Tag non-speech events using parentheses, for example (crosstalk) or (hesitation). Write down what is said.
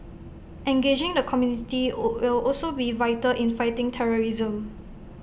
engaging the community (hesitation) will also be vital in fighting terrorism